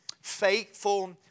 faithful